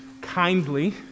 kindly